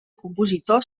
compositor